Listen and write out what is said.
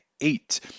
eight